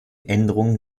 änderungen